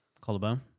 Collarbone